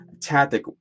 tactic